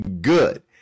good